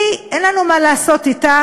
היא, אין לנו מה לעשות אתה.